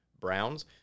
Browns